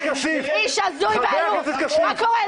מה קורה ?